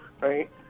right